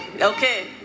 Okay